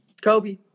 Kobe